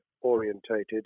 orientated